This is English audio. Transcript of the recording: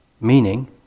meaning